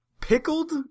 pickled